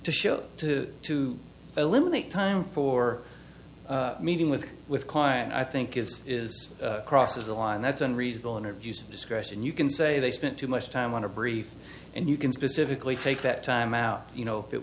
to show to to eliminate time for meeting with with client i think it is crosses the line that's unreasonable interviews of discretion you can say they spent too much time on a brief and you can specifically take that time out you know if it